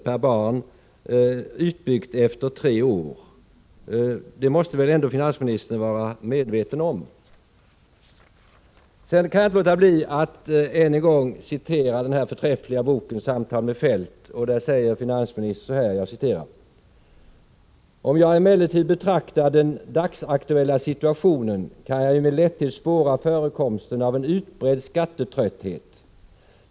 per barn, utbyggt efter tre år. Detta måste finansministern vara medveten om. Jag kan inte låta bli att än en gång citera ur den förträffliga boken Samtal med Feldt, där finansministern säger: ”Om jag emellertid betraktar den dagsaktuella situationen kan jag ju med lätthet spåra förekomsten av en utbredd skattetrötthet.